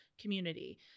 community –